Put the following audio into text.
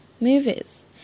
movies